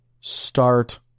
Start